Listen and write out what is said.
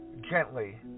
gently